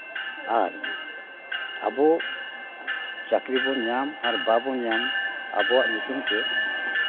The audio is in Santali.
ᱟᱨ ᱟᱵᱚ ᱪᱟᱹᱠᱨᱤ ᱵᱚᱱ ᱧᱟᱢ ᱟᱨ ᱵᱟᱵᱚᱱ ᱧᱟᱢ ᱟᱵᱚᱣᱟᱜ ᱧᱩᱛᱩᱢ ᱛᱮ